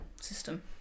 system